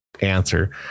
answer